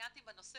התראיינתי בנושא